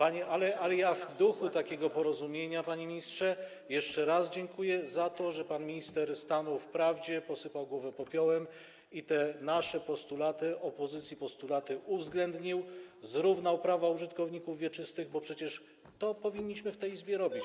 Ale ja w duchu takiego porozumienia, panie ministrze, jeszcze raz dziękuję za to, że pan minister stanął w prawdzie, posypał głowę popiołem i te nasze postulaty, postulaty opozycji, uwzględnił, zrównał prawa użytkowników wieczystych, bo przecież to powinniśmy w tej Izbie robić.